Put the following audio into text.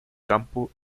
campo